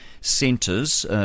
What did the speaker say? centres